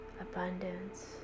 abundance